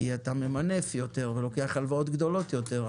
כי אתה ממנף יותר ולוקח הלוואות גדולות יותר,